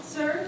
Sir